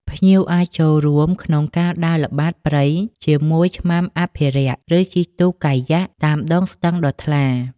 ភ្ញៀវអាចចូលរួមក្នុងការដើរល្បាតព្រៃជាមួយឆ្មាំអភិរក្ស ឬជិះទូកកាយ៉ាក់តាមដងស្ទឹងដ៏ថ្លា។